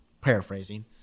paraphrasing